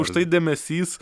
už tai dėmesys